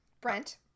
Brent